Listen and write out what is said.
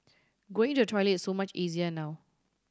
going to the toilet so much easier now